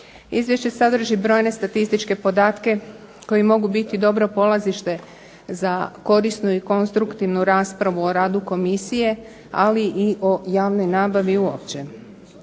Izvješće sadrži brojne statističke podatke koji mogu biti dobro polazište za korisnu i konstruktivnu raspravu o radu komisije, ali i o javnoj nabavi uopće.